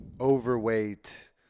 overweight